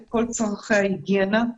את כל צרכי ההיגיינה.